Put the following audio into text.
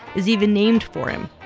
is even named for him,